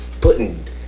putting